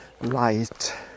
light